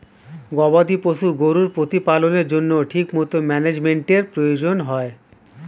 গবাদি পশু গরুর প্রতিপালনের জন্য ঠিকমতো ম্যানেজমেন্টের প্রয়োজন হয়